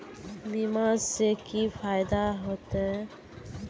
बीमा से की फायदा होते?